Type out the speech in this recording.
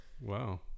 wow